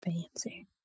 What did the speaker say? Fancy